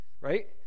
right